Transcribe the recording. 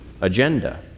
agenda